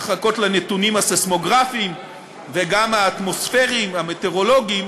צריך לחכות לנתונים הסייסמוגרפיים וגם האטמוספריים והמטאורולוגיים,